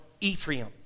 Ephraim